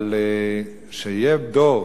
אבל שיהיה דור